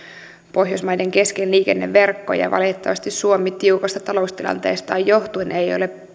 pohjoismaiden kesken liikenneverkkoja valitettavasti suomi tiukasta taloustilanteestaan johtuen ei ei ole